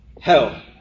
hell